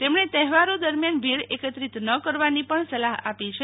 તેમણે તહેવારો દરમિયાન ભીડ એકત્રિત ન કરવાની પણ સલાફ આપી છે